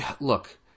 look